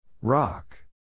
Rock